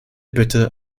bitte